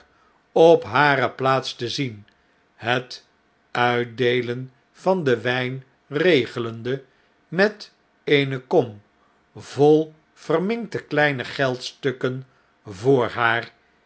op hare plaats te zien het uitdeelen van den wjjn regelende met eene kom vol verminkte kleine geldstukken voor haar